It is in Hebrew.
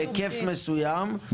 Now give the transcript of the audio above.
בהיקף מסוים,